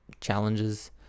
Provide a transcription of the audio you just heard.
challenges